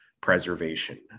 preservation